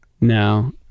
No